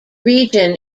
region